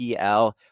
PL